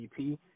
ep